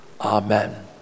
Amen